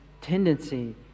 tendency